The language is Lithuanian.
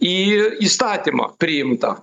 į įstatymą priimta